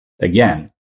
again